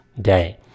day